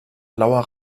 blauer